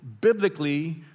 biblically